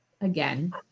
Again